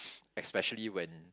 especially when